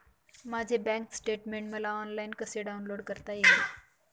माझे bank statement मला online कसे डाउनलोड करता येईल?